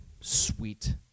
sweet